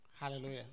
Hallelujah